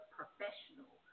professional